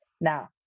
Now